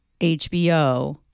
HBO